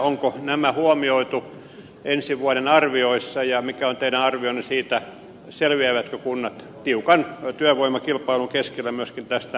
onko nämä huomioitu ensi vuoden arvioissa ja mikä on teidän arvionne siitä selviävätkö kunnat tiukan työvoimakilpailun keskellä myöskin tästä näkökulmasta